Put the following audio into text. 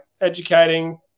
educating